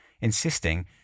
insisting